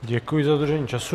Děkuji za dodržení času.